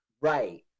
Right